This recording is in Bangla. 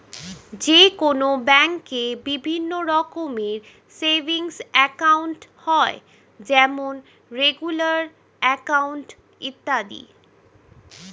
যে কোনো ব্যাঙ্কে বিভিন্ন রকমের সেভিংস একাউন্ট হয় যেমন রেগুলার অ্যাকাউন্ট, ইত্যাদি